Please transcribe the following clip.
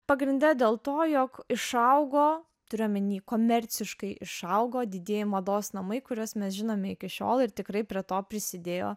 pagrinde dėl to jog išaugo turiu omeny komerciškai išaugo didieji mados namai kuriuos mes žinome iki šiol ir tikrai prie to prisidėjo